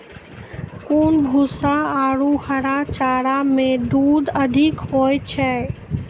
कोन भूसा आरु हरा चारा मे दूध अधिक होय छै?